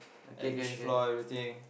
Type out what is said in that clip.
okay can can